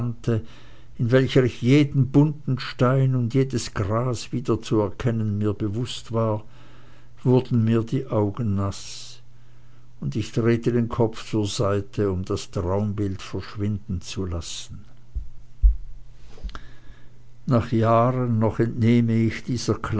in welcher ich jeden bunten stein und jedes gras wiederzuerkennen mir bewußt war wurden mir die augen naß und ich drehte den kopf zur seite um das traumbild verschwinden zu lassen nach jahren noch entnehme ich dieser